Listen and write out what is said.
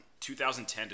2010